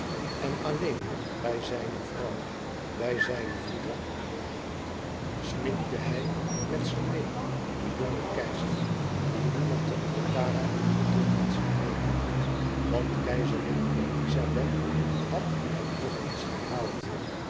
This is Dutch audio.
en alleen bij zijne vrouw bij zijne moeder snikte hij met ze meê de jonge keizer dien niemand te altara in den dom had zien weenen want keizerin elizabeth had het nog éens herhaald